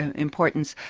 and importance,